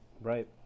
right